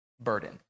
burden